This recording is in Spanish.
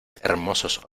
hermosos